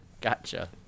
Gotcha